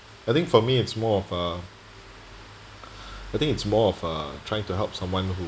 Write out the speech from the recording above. I think for me it's more of uh I think it's more of uh trying to help someone who